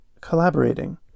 collaborating